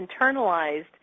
internalized